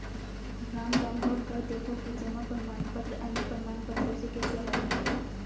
Ram download कर देखो कि जमा प्रमाण पत्र अन्य प्रमाण पत्रों से कैसे अलग होता है?